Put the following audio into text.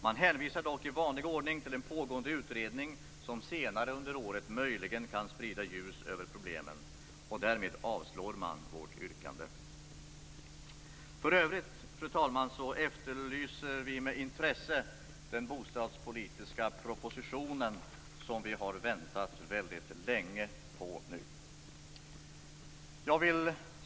Man hänvisar dock, i vanlig ordning, till en pågående utredning som senare under året möjligen kan sprida ljus över problemen. Därmed avstyrks vårt yrkande. Fru talman! För övrigt efterlyser vi med intresse den bostadspolitiska propositionen som vi har väntat så väldigt länge på.